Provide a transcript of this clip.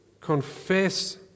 confess